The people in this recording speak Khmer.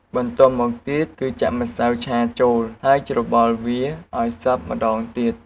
បន្ទាប់មកទៀតគឺចាក់ម្សៅឆាចូល ហើយច្របល់វាឱ្យសព្វម្ដងទៀត។